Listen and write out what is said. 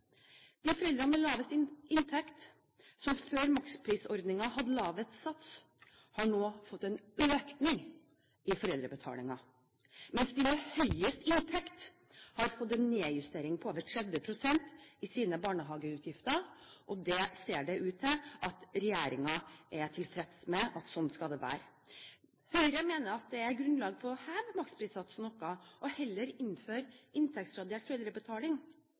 De foreldrene med lavest inntekt, som før maksprisordningen hadde laveste sats, har nå fått en økning i foreldrebetalingen, mens de med høyest inntekt har fått en nedjustering på over 30 pst. i sine barnehageutgifter. Det ser ut til at regjeringen er tilfreds med at sånn skal det være. Høyre mener at det er grunnlag for å heve maksimumssatsen noe og heller innføre